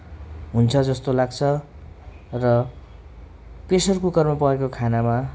हुन्छ जस्तो लाग्छ र प्रेसर कुकरमा पकाएको खानामा